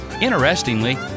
Interestingly